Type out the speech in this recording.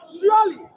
Surely